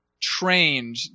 trained